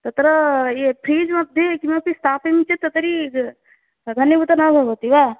तत्र ये फ़्रिज़् मध्ये किमपि स्थापनीयं चेत् तत् तर्हि घनीभूत न भवति वा